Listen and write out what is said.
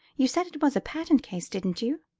you said it was a patent case, didn't you?